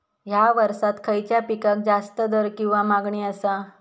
हया वर्सात खइच्या पिकाक जास्त दर किंवा मागणी आसा?